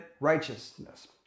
righteousness